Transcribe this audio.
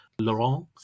Laurent